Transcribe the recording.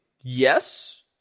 yes